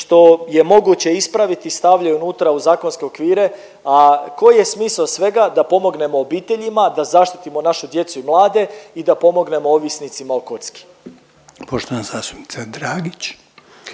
što je moguće ispraviti stavljaju unutra u zakonske okvire, a koji je smisao svega, da pognemo obiteljima, da zaštitimo našu djecu i mlade i da pomognemo ovisnicima o kocki. **Reiner,